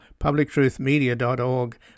publictruthmedia.org